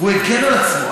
הוא הקל על עצמו,